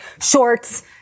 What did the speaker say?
shorts